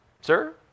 Sir